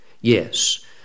yes